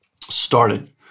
started